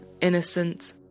innocent